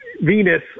Venus